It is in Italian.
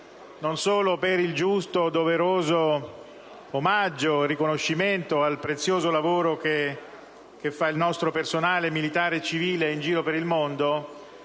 non solo per il giusto, doveroso omaggio e riconoscimento al prezioso lavoro che compie il nostro personale militare e civile in giro per il mondo,